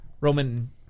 Roman